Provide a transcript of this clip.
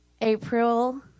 April